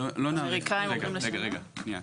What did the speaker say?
רק פשוט הקדמנו את לוחות הזמנים.